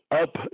up